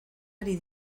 ari